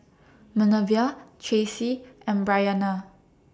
Manervia Traci and Bryanna